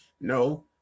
No